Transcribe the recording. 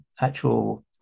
actual